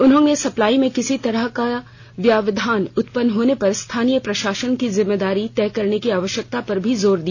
उन्होंने सप्लाई में किसी तरह का व्यवधान उत्पन्न होने पर स्थानीय प्रशासन की जिम्मेदारी तय करने की आवश्यकता पर भी जोर दिया